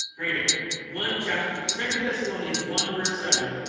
right here one chapter second thessalonians one verse seven.